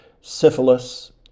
syphilis